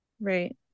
right